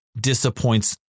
disappoints